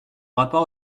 rapport